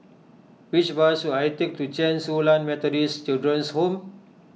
which bus should I take to Chen Su Lan Methodist Children's Home